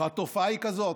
והתופעה היא כזאת: